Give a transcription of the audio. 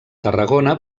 tarragona